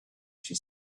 she